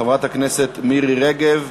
חברת הכנסת מירי רגב.